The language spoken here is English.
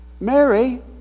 Mary